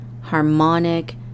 harmonic